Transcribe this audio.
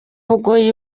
bugoyi